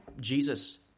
Jesus